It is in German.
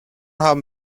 haben